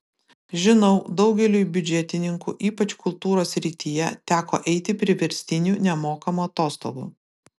žinau daugeliui biudžetininkų ypač kultūros srityje teko eiti priverstinių nemokamų atostogų